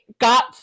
got